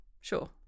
Sure